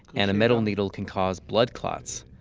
and a metal needle can cause blood clots,